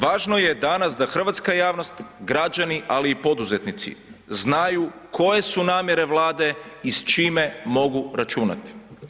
Važno je danas da hrvatska javnost, građani, ali i poduzetnici znaju koje su namjere Vlade i s čime mogu računati.